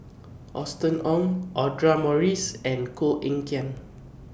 Austen Ong Audra Morrice and Koh Eng Kian